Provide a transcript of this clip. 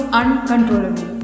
uncontrollably